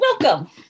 welcome